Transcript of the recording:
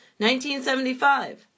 1975